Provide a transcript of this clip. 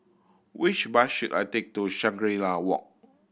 which bus should I take to Shangri La Walk